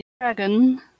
dragon